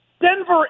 Denver